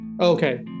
Okay